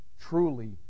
truly